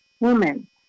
woman